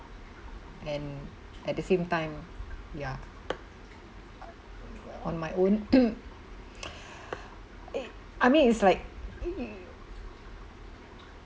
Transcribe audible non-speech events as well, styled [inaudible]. and at the same time ya on my own [noise] [breath] I mean it's like